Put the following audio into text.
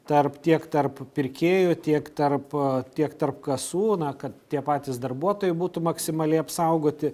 tarp tiek tarp pirkėjų tiek tarp tiek tarp kasų na kad tie patys darbuotojai būtų maksimaliai apsaugoti